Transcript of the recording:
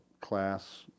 class